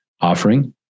offering